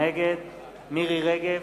נגד מירי רגב,